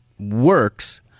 works